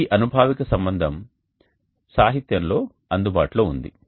ఈ అనుభావిక సంబంధం సాహిత్యంలో అందుబాటులో ఉంది